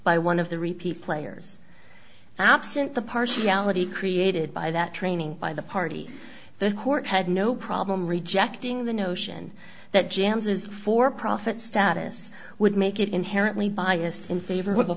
by one of the repeat players absent the partiality created by that training by the party the court had no problem rejecting the notion that jambs is for profit status would make it inherently biased in favor of the